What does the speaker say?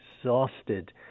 exhausted